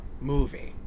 movie